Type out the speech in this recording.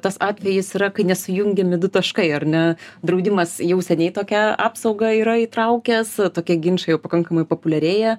tas atvejis yra kai nesujungiami du taškai ar ne draudimas jau seniai tokią apsaugą yra įtraukęs tokie ginčai jau pakankamai populiarėja